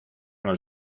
los